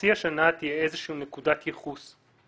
חצי השנה תהיה איזושהי נקודת ייחוס,